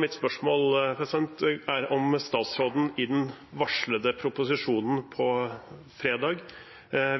Mitt spørsmål er om statsråden i den varslede proposisjonen på fredag